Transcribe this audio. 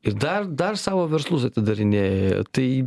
ir dar dar savo verslus atidarinėja tai